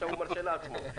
עכשיו הוא מרשה לעצמו.